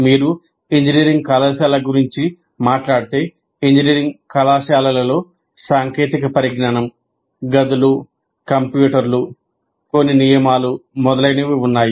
మీరు ఇంజనీరింగ్ కళాశాల గురించి మాట్లాడితే ఇంజనీరింగ్ కళాశాలలో సాంకేతిక పరిజ్ఞానం గదులు కంప్యూటర్లు కొన్ని నియమాలు మొదలైనవి ఉన్నాయి